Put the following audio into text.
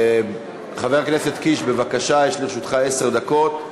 חבר הכנסת קיש, בבקשה, יש לרשותך עשר דקות.